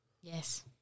Yes